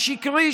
השקרי,